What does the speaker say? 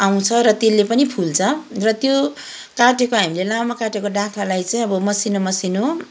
आउँछ र त्यसले पनि फुल्छ र त्यो काटेको हामीले लामो काटेको डाँख्लालाई चाहिँ अब मसिनो मसिनो